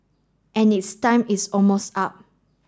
and its time is almost up